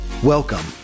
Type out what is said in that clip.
Welcome